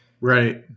Right